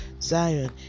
Zion